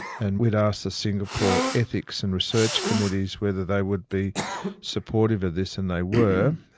and we'd asked singapore ethics and research committees whether they would be supportive of this, and they were.